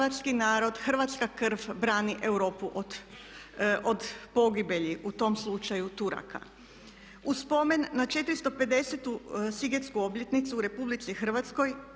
Hrvatski narod, hrvatska krv brani Europu od pogibelji u tom slučaju Turaka. U spomen na 450 sigetsku obljetnicu u Republici Hrvatskoj